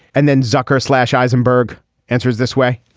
and then zucker slash eisenberg answers this way